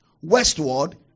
westward